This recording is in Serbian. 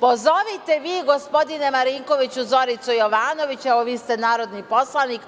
pozovite vi, gospodine Marinkoviću, Zoricu Jovanović, evo, vi ste narodni poslanik,